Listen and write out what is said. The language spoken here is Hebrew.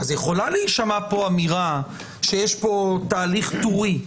אז יכולה להישמע פה אמירה שיש פה תהליך טורי,